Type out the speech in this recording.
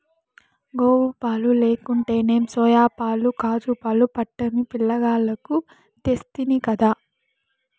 గోవుపాలు లేకుంటేనేం సోయాపాలు కాజూపాలు పట్టమ్మి పిలగాల్లకు తెస్తినిగదా